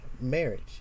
marriage